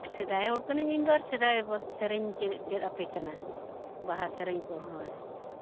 ᱥᱮᱫᱟᱭ ᱦᱚᱲ ᱠᱟᱹᱱᱟᱹᱧ ᱤᱧᱫᱚ ᱟᱨ ᱥᱮᱫᱟᱭ ᱥᱮᱨᱮᱧ ᱪᱮᱫ ᱟᱯᱮ ᱠᱟᱱᱟ ᱵᱟᱦᱟ ᱥᱮᱨᱮᱧ ᱠᱚᱦᱚᱸ ᱦᱳᱭ